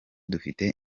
dufite